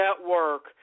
Network